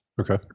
Okay